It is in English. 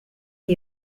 you